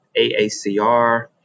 AACR